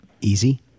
Easy